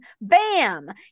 bam